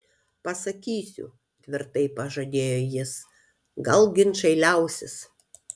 pasakysiu tvirtai pažadėjo jis gal ginčai liausis